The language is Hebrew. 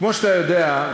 כמו שאתה יודע,